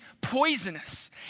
poisonous